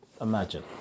Imagine